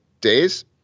days